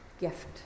gift